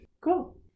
Cool